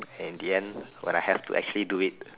in the end when I have to actually do it